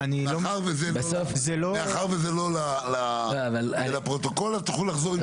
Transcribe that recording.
מאחר וזה לא לפרוטוקול, אז תוכלו לחזור עם תשובה.